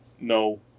no